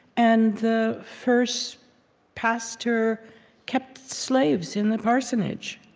and the first pastor kept slaves in the parsonage,